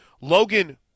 Logan